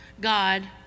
God